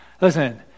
listen